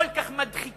כל כך מדחיקה,